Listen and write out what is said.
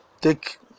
take